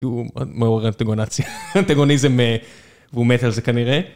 כי הוא מעורר אנטגוניזם, והוא מת על זה כנראה.